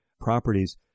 properties